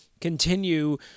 continue